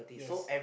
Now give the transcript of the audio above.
yes